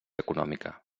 econòmica